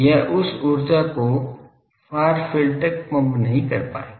यह उस ऊर्जा को फार फील्ड तक पंप नहीं कर पाएगा